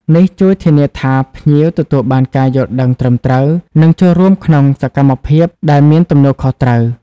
នេះជួយធានាថាភ្ញៀវទទួលបានការយល់ដឹងត្រឹមត្រូវ និងចូលរួមក្នុងសកម្មភាពដែលមានទំនួលខុសត្រូវ។